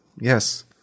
yes